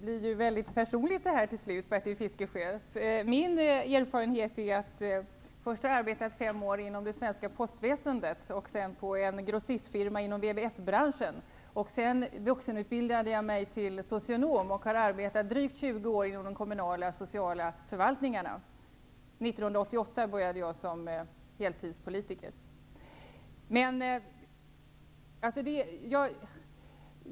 Herr talman! Det blev till slut väldigt personligt, Min arbetslivserfarenhet är att jag först arbetade fem år inom det svenska postväsendet. Sedan arbetade jag i en grossistfirma inom vvs-branschen. Därefter vuxenutbildade jag mig till socionom, och jag har arbetat drygt 20 år inom de kommunala sociala förvaltningarna. År 1988 började jag som heltidspolitiker.